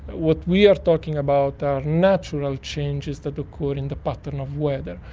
what we are talking about are natural changes that occur in the pattern of weather.